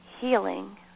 healing